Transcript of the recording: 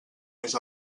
més